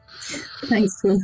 Thanks